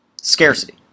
Scarcity